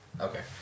Okay